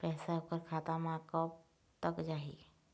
पैसा ओकर खाता म कब तक जाही?